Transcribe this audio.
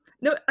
No